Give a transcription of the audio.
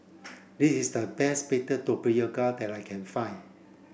this is the best baked tapioca that I can find